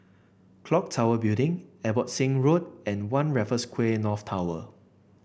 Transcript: clock Tower Building Abbotsingh Road and One Raffles Quay North Tower